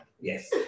Yes